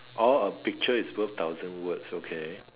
all a picture is worth thousand words okay